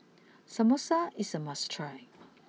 Samosa is a must try